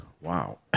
Wow